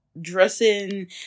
dressing